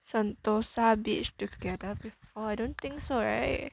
sentosa beach together before I don't think so right